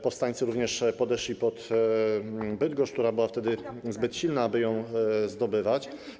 Powstańcy także podeszli pod Bydgoszcz, która była wtedy zbyt silna, aby ją zdobywać.